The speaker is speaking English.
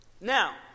Now